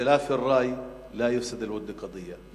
אח'תלאף אלראי לא יפסד ללווד קצ'יה,